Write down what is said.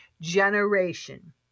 generation